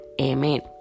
Amen